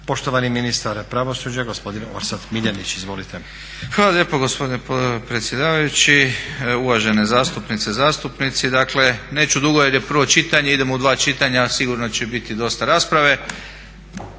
Poštovani ministar pravosuđa gospodin Orsat Miljenić. Izvolite. **Miljenić, Orsat** Hvala lijepo gospodine predsjedavajući, uvažene zastupnice i zastupnici. Dakle, neću dugo jer je prvo čitanje. Idemo u dva čitanja a sigurno će biti dosta rasprave.